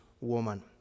woman